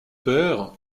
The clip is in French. père